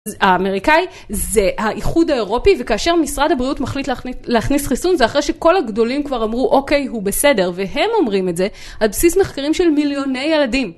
האמריקאי זה האיחוד האירופי וכאשר משרד הבריאות מחליט להכניס חיסון זה אחרי שכל הגדולים כבר אמרו אוקיי הוא בסדר והם אומרים את זה על בסיס מחקרים של מיליוני ילדים